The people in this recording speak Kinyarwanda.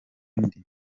undi